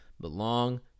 belong